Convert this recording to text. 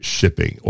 shipping